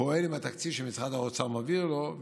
פועל עם התקציב שמשרד האוצר מעביר לו.